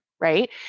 right